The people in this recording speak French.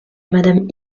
madame